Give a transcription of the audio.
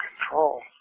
control